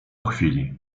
chwili